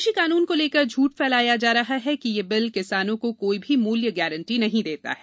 कृषि कानून को लेकर झूठ फैलाया जा रहा है कि ये बिल किसानों को कोई भी मूल्य गारंटी नहीं देता है